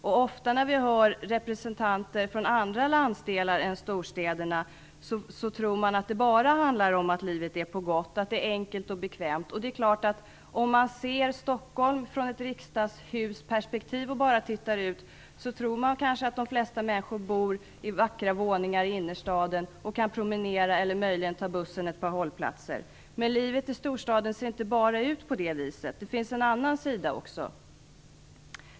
Ofta tror representanter för andra landsdelar än storstäderna att livet här bara är på gott, att det är enkelt och bekvämt. Och det är klart att om man ser Stockholm från riksdagshusperspektiv tror man kanske att de flesta människor bor i vackra våningar i innerstaden och kan promenera till arbetet eller möjligen ta bussen ett par hållplatser. Men livet i storstaden ser inte ut bara på det viset - det finns en annan sida också.